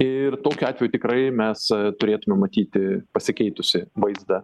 ir tokiu atveju tikrai mes turėtumėm matyti pasikeitusį vaizdą